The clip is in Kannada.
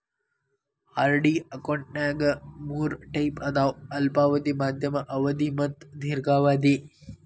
ಆರ್.ಡಿ ಅಕೌಂಟ್ನ್ಯಾಗ ಮೂರ್ ಟೈಪ್ ಅದಾವ ಅಲ್ಪಾವಧಿ ಮಾಧ್ಯಮ ಅವಧಿ ಮತ್ತ ದೇರ್ಘಾವಧಿ